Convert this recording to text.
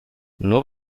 nur